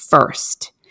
first